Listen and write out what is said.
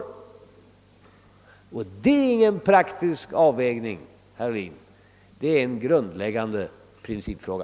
Det är ingen fråga om praktisk avvägning, herr Ohlin, det är en grundläggande principfråga.